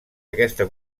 aquesta